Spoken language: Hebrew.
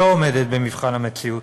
שלא עומדת במבחן המציאות.